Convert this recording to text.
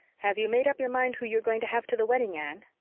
have you made up your mind who you're going to have to the wedding, anne?